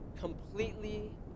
completely